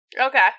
okay